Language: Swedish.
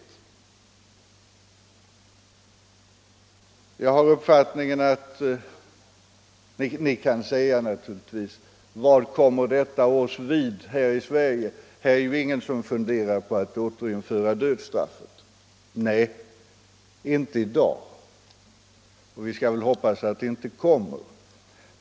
Ni kan naturligtvis fråga: Vad kommer detta oss vid här i Sverige — här är det ingen som funderar på att återinföra dödsstraffet? Nej, inte i dag — och vi skall väl hoppas inte heller i framtiden.